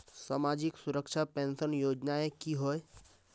सामाजिक सुरक्षा पेंशन योजनाएँ की होय?